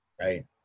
right